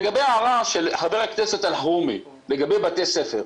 לגבי ההערה של חבר הכנסת אלחרומי לגבי בתי ספר,